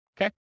Okay